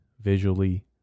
visually